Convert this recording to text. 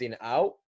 out